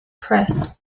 press